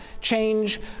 Change